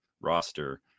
roster